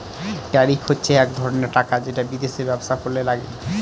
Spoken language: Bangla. ট্যারিফ হচ্ছে এক ধরনের টাকা যেটা বিদেশে ব্যবসা করলে লাগে